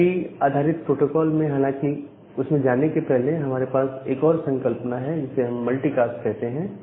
IP आधारित protocol में हालांकि उसमें जाने के पहले हमारे पास एक और संकल्पना है जिसे मल्टीकास्ट कहते हैं